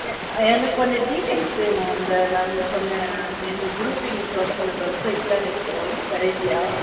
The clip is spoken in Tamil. எ எனக்கு கொஞ்சம் டீட்டைல்ஸ் வேணும் இந்த நாங்கள் கொஞ்சம் எங்கள் க்ரூப்பிங்க்கு வந்து கொஞ்சம் ட்ரெஸ் தைக்கலான்னு இருக்கிறோம் வெரைட்டியாக